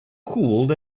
cooled